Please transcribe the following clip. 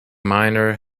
miner